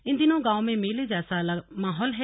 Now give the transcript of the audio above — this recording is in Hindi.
इन दिनों गांवों में मेले जैसा माहौल है